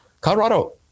Colorado